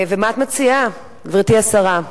מה את מציעה, גברתי השרה?